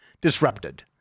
disrupted